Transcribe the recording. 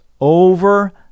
over